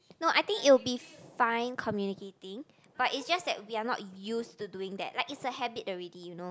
no I think it'll be fine communicating but it's just that we are not used to doing that like it's a habit already you know